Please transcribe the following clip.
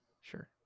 sure